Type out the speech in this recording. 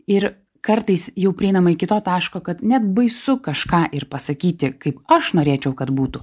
ir kartais jau prieinama iki to taško kad net baisu kažką ir pasakyti kaip aš norėčiau kad būtų